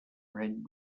red